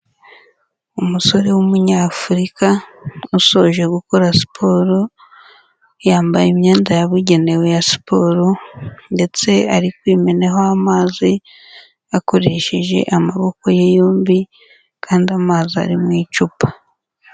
Umusore w'umunyafurika, usoje gukora siporo, yambaye imyenda yabugenewe ya siporo, ndetse ari kwimenaho amazi akoresheje amaboko ye yombi, kandi amazi ari mu icupa.